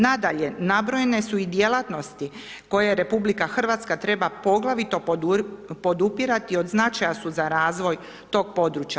Nadalje, nabrojene su i djelatnosti koje RH treba poglavito podupirati od značaja su za razvoj toga područja.